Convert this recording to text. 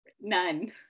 None